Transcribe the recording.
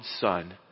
son